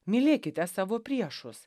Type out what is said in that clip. mylėkite savo priešus